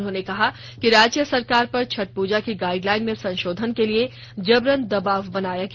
उन्होंने कहा कि राज्य सरकार पर छठ पुजा की गाइडलाइन में संशोधन के लिए जबरन दबाव बनाया गया